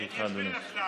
לרשותך,